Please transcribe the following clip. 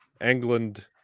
England